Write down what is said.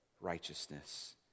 righteousness